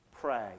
Pray